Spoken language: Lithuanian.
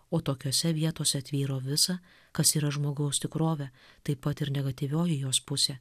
o tokiose vietose tvyro visa kas yra žmogaus tikrovė taip pat ir negatyvioji jos pusė